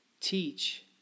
teach